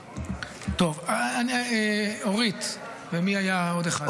טוב, אורית, ומי היה, עוד אחד?